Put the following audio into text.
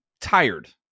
tired